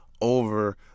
over